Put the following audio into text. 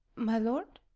my lord?